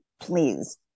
please